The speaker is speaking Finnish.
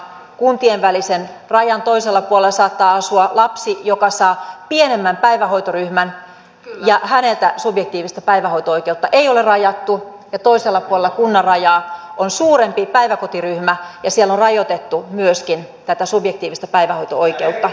kuntien välisen rajan toisella puolella saattaa asua lapsi joka saa pienemmän päivähoitoryhmän ja jolta subjektiivista päivähoito oikeutta ei ole rajattu ja toisella puolella kunnan rajaa on suurempi päiväkotiryhmä ja siellä on rajoitettu myöskin tätä subjektiivista päivähoito oikeutta